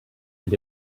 and